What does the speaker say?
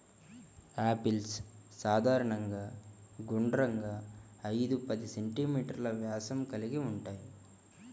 apples సాధారణంగా గుండ్రంగా, ఐదు పది సెం.మీ వ్యాసం కలిగి ఉంటాయి